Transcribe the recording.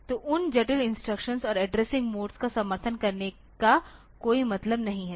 तो उन जटिल इंस्ट्रक्शंस और एड्रेसिंग मोड्स का समर्थन करने का कोई मतलब नहीं है